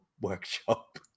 workshop